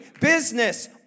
business